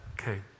Okay